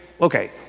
Okay